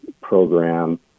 program